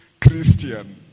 Christian